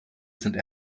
sind